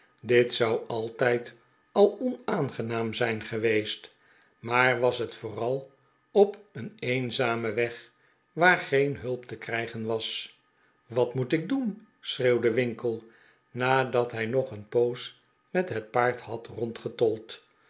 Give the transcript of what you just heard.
dit zou altijd al onaangenaam zijn geweest maar was het vooral op een eenzamen weg waar geen hulp te krijgen was wat moet ik doen schreeuwde winkle nadat hij nog een poos met het paard had